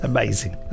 Amazing